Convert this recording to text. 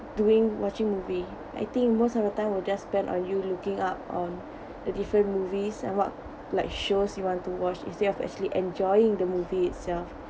doing watching movie I think most of the time will just spend on you looking up on the different movies and what like shows you want to watch instead of actually enjoying the movie itself